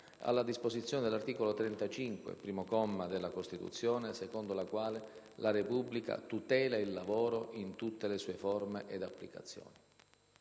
alla disposizione dell'articolo 35, primo comma, della Costituzione, secondo la quale «la Repubblica tutela il lavoro in tutte le sue forme ed applicazioni».